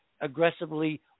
aggressively